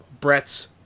Brett's